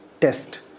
test